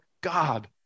God